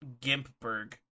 Gimpberg